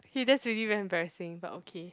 K that's really very embarrassing but okay